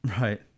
right